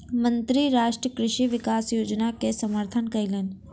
मंत्री राष्ट्रीय कृषि विकास योजना के समर्थन कयलैन